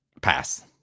Pass